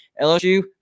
LSU